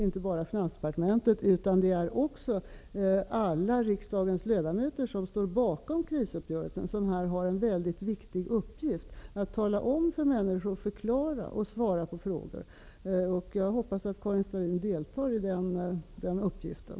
Inte bara Finansdepartementet utan också alla riksdagens ledamöter som står bakom krisuppgörelsen här har en väldigt viktig uppgift, nämligen att tala med människor om detta, förklara och svara på frågor. Jag hoppas att Karin Starrin deltar i den uppgiften.